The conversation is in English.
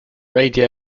radio